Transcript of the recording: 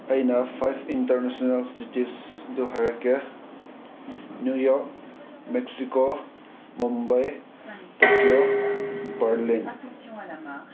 ꯑꯩꯅ five international ꯆꯤꯇꯤꯁꯇꯨ ꯍꯥꯏꯔꯛꯀꯦ New York Mexico Mumbai Tokyo Berlin